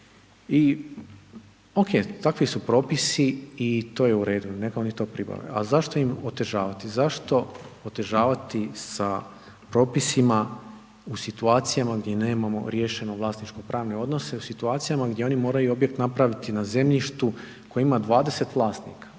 I ok, takvi su propisi i to je u redu, neka oni to pribave, a zašto im otežavati? Zašto otežavati sa propisima u situacijama gdje nemamo riješeno vlasničko pravne odnose, u situacijama, gdje oni moraju objekt napraviti na zemljištu, koje ima 20 vlasnika?